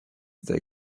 they